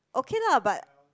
okay lah but